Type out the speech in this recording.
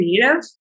creative